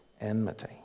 enmity